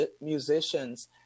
musicians